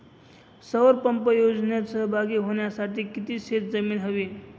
सौर पंप योजनेत सहभागी होण्यासाठी किती शेत जमीन हवी?